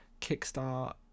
kickstart